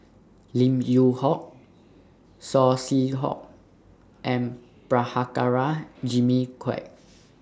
Lim Yew Hock Saw Swee Hock and Prabhakara Jimmy Quek